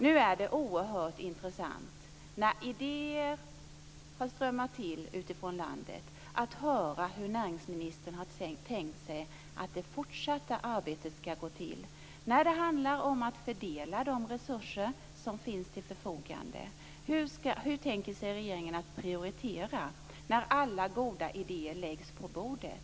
Nu när det har strömmat till idéer utifrån landet är det oerhört intressant att höra hur näringsministern har tänkt sig att det fortsatta arbetet med att fördela de resurser som finns till förfogande skall gå till. Hur tänker sig regeringen att prioritera när alla goda idéer läggs på bordet?